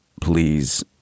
please